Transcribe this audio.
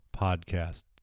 Podcast